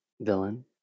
Villain